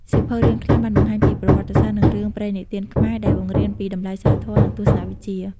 សៀវភៅរឿងខ្លះបានបង្ហាញពីប្រវត្តិសាស្ត្រ និងរឿងព្រេងនិទានខ្មែរ ដែលបង្រៀនពីតម្លៃសីលធម៌ និងទស្សនៈវិជ្ជា។